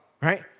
right